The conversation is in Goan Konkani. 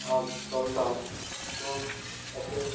आं चलता पूण अशें